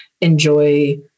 enjoy